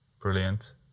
Brilliant